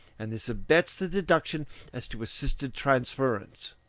and this abets the deduction as to assisted transference.